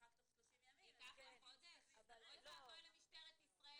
נמחק תוך 30 יום --- או ואבוי למשטרת ישראל